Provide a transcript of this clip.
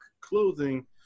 clothing